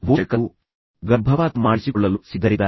ಪೋಷಕರು ಗರ್ಭಪಾತ ಮಾಡಿಸಿಕೊಳ್ಳಲು ಸಿದ್ಧರಿದ್ದಾರೆ